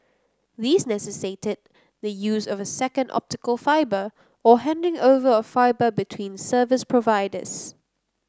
these necessitated the use of a second optical fibre or handing over of fibre between service providers